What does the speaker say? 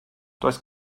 does